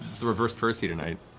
it's the reverse percy tonight.